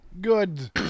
Good